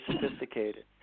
sophisticated